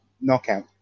knockout